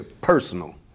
personal